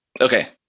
Okay